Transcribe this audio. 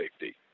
safety